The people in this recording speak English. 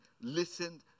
listened